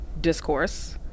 discourse